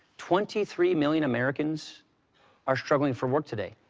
twenty-three million americans are struggling for work today.